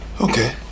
okay